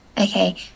Okay